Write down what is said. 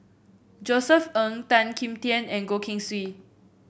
Josef Ng Tan Kim Tian and Goh Keng Swee